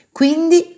quindi